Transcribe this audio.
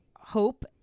hope